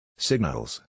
Signals